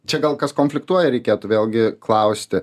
čia gal kas konfliktuoja reikėtų vėlgi klausti